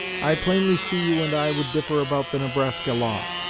i plainly see you and i would differ about the nebraska law.